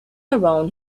around